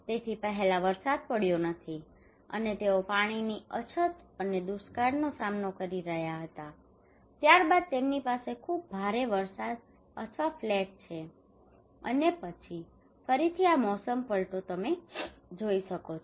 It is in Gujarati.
તેથી પહેલા વરસાદ પડ્યો નથી અને તેઓ પાણીની અછત અને દુષ્કાળનો સામનો કરી રહ્યા હતા અને ત્યારબાદ તેમની પાસે ખૂબ ભારે વરસાદ અથવા ફ્લેટ છે અને પછી ફરીથી આ મોસમ પલટો તમે જોઈ શકો છો